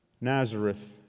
Nazareth